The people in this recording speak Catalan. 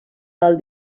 del